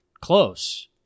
close